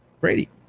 brady